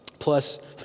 Plus